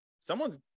someone's